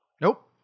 Nope